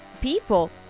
people